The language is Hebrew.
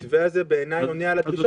בעיניי המתווה עונה על הדרישות.